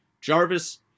Jarvis